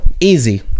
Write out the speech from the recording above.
Easy